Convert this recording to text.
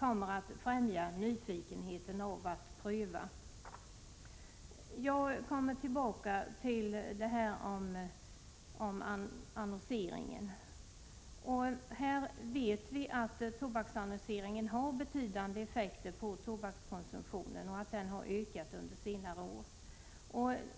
man blir mera nyfiken på att pröva cigaretten. Jag dröjer kvar vid det här med annonseringen. Vi vet att tobaksannonseringen har betydande effekter på tobakskonsumtionen och att denna har ökat under senare år.